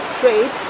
trade